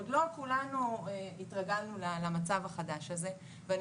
עוד לא כולנו התרגלנו למצב החדש הזה ואני